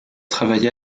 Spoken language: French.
travaillé